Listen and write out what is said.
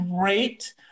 great